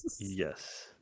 yes